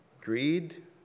Greed